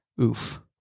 oof